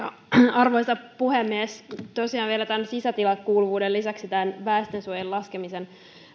arvoisa puhemies tosiaan vielä sisätilakuuluvuuden lisäksi väestönsuojien laskemisesta